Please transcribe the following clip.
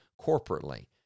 corporately